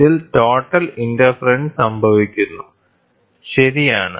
ഇതിൽ total interference സംഭവിക്കുന്നു ശരിയാണ്